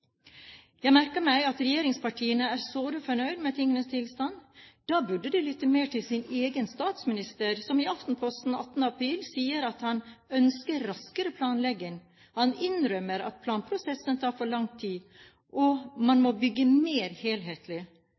Jeg merker meg at regjeringspartiene er såre fornøyd med tingenes tilstand. Da burde de lytte mer til sin egen statsminister, som i Aftenposten 18. april sier at han ønsker raskere planlegging. Han innrømmer at planprosessene tar for lang tid – man må bygge mer helhetlig.